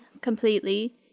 completely